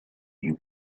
you